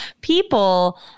people